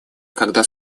когда